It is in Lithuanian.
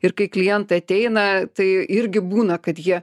ir kai klientai ateina tai irgi būna kad jie